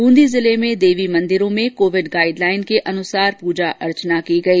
ब्रंदी जिले में देवी मंदिरों में कोविड गाइड लाइन के अनुसार पूजा अर्चना की गई